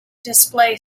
display